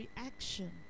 reaction